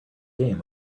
game